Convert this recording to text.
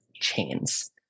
chains